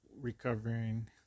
recovering